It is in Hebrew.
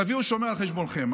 תביאו שומר על חשבונכם.